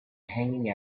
hanging